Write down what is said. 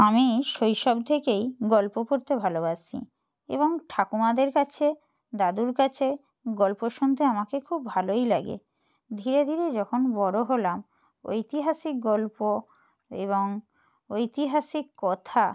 আমি শৈশব থেকেই গল্প পড়তে ভালোবাসি এবং ঠাকুমাদের কাছে দাদুর কাছে গল্প শুনতে আমাকে খুব ভালোই লাগে ধীরে ধীরে যখন বড় হলাম ঐতিহাসিক গল্প এবং ঐতিহাসিক কথা